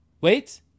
wait